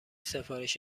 سفارش